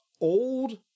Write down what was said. old